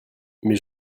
mais